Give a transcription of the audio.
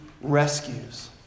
rescues